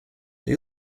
they